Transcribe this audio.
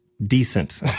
decent